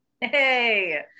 Hey